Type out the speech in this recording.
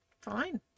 fine